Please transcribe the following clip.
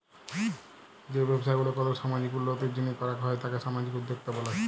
যেই ব্যবসা গুলা কল সামাজিক উল্যতির জন্হে করাক হ্যয় তাকে সামাজিক উদ্যক্তা ব্যলে